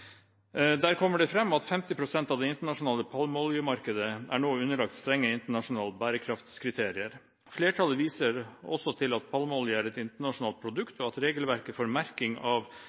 Der kommer det fram at 50 pst. av det internasjonale palmeoljemarkedet nå er underlagt strenge interne bærekraftskriterier. Flertallet viser også til at palmeolje er et internasjonalt produkt og at regelverket for merking av